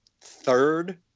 third